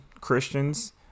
christians